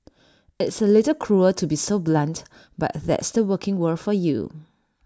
it's A little cruel to be so blunt but that's the working world for you